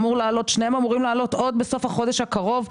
שניהם אמורים לעלות עוד בסוף החודש הקרוב.